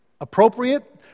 appropriate